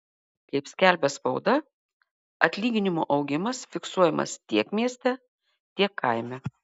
kaip skelbia spauda atlyginimų augimas fiksuojamas tiek mieste tiek kaime